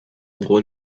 قول